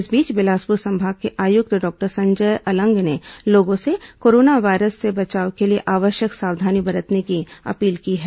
इस बीच बिलासपुर संभाग के आयुक्त डॉक्टर संजय अलंग ने लोगों से कोरोना वायरस से बचाव के लिए आवश्यक सावधानी बरतने की अपील की है